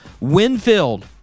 Winfield